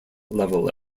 level